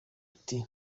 ati